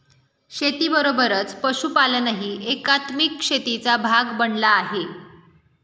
शेतीबरोबरच पशुपालनही एकात्मिक शेतीचा भाग बनला आहे